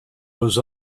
was